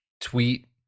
tweet